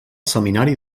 seminari